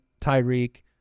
Tyreek